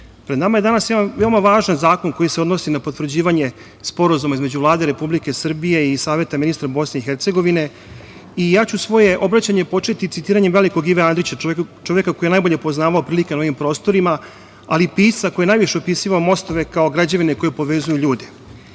pred nama je danas jedna veoma važan zakon koji se odnosi na potvrđivanje Sporazuma između Vlade Republike Srbije i Saveta ministara Bosne i Hercegovine i ja ću svoje izlaganje početi citiranjem velikog Ive Andrića, čoveka koji je najbolje poznavao prilike na ovim prostorima, ali pisca koji je najviše opisivao mostove kao građevine koje povezuju ljude.U